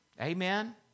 Amen